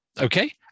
okay